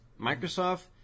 Microsoft